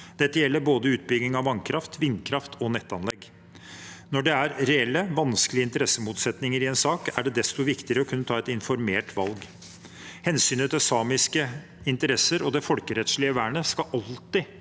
Dette gjelder både utbygging av vannkraft, av vindkraft og av nettanlegg. Når det er reelle, vanskelige interessemotsetninger i en sak, er det desto viktigere å kunne ta et informert valg. Hensynet til samiske interesser og det folkerettslige vernet skal alltid